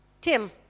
Tim